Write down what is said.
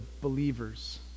believers